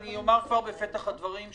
אני אומר בפתח הדברים,